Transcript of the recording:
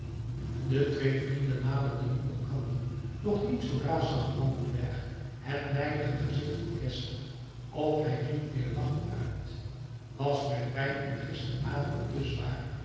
de twee vrienden naderden nu elkander doch niet zoodra zag landenberg het nijdige gezicht van geszler of hij riep weer lachend uit was mijn wijn u gisteren avond te zwaar